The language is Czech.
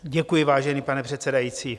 Děkuji, vážený pane předsedající.